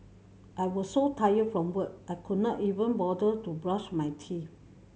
I was so tired from work I could not even bother to brush my teeth